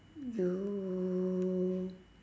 you